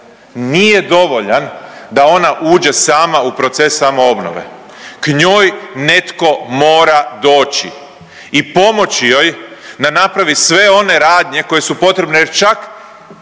nije dovoljan da ona uđe sama u proces samoobnove, k njoj netko mora doći i pomoći joj da napravi sve one radnje koje su potrebne jer čak